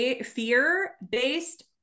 fear-based